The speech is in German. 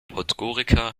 podgorica